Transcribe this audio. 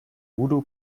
voodoo